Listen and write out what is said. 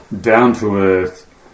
down-to-earth